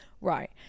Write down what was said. right